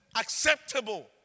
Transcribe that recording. acceptable